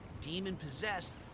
demon-possessed